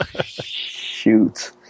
Shoot